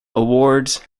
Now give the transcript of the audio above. awards